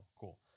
cool